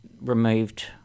removed